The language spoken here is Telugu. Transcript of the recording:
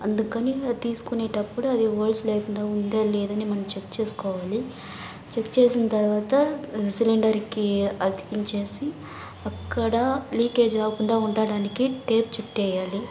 అందుకని ఆ తీసుకునేటప్పుడు అది హొల్స్ లేకుండా ఉందా లేదా అని మనం చెక్ చేసుకోవాలి చెక్ చేసిన తర్వాత సిలిండర్కి అతికించేసి అక్కడా లీకేజ్ అవుకుండా ఉండడానికి టేప్ చుట్టేయాలి